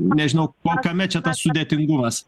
nežinau kame čia tas sudėtingumas